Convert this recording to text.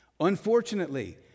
Unfortunately